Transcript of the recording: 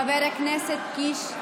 חבר הכנסת קיש,